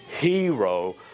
hero